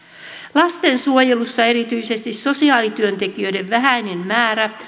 lastensuojelussa erityisesti sosiaalityöntekijöiden vähäinen määrä